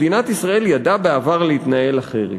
כי בעבר מדינת ישראל ידעה להתנהל אחרת.